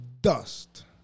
dust